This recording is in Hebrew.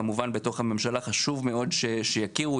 כמובן שבתוך הממשלה חשוב מאוד שיכירו.